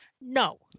no